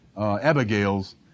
Abigail's